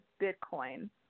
Bitcoin